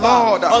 Lord